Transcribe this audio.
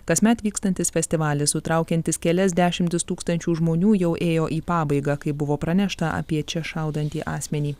kasmet vykstantis festivalis sutraukiantis kelias dešimtis tūkstančių žmonių jau ėjo į pabaigą kai buvo pranešta apie čia šaudantį asmenį